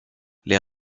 les